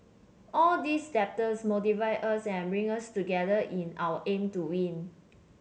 all these doubters motivate us and bring us together in our aim to win